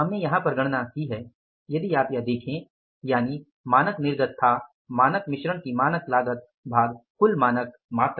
हमने यहां पर गणना की है यदि आप यह देखें यानि मानक निर्गत था मानक मिश्रण की मानक लागत भाग कुल मानक मात्रा